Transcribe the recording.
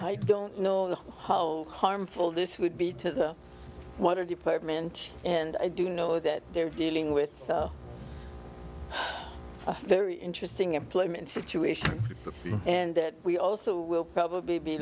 i don't know the harmful this would be to the water department and i do know that they're dealing with a very interesting employment situation and that we also will probably be